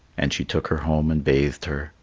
and she took her home and bathed her,